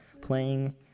playing